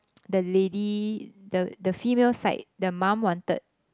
the lady the the female side the mum wanted